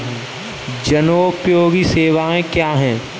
जनोपयोगी सेवाएँ क्या हैं?